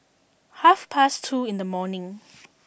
half past two in the morning